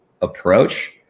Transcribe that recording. approach